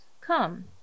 come